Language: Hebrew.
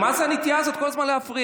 מה זאת הנטייה הזאת כל הזמן להפריע?